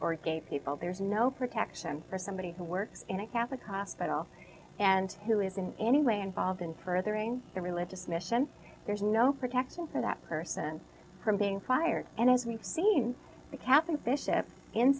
or gay people there's no protection for somebody who works in a catholic hospital and who is in any way involved in furthering their religious mission there's no protection for that person from being fired and as we've seen the catholic bishop in